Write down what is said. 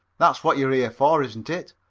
that's what you're here for, isn't it?